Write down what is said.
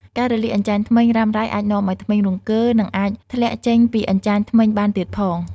ការរលាកអញ្ចាញធ្មេញរ៉ាំរ៉ៃអាចនាំឱ្យធ្មេញរង្គើ និងអាចធ្លាក់ចេញពីអញ្ចាញធ្មេញបានទៀតផង។